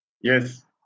Yes